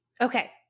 Okay